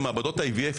במעבדות IVF,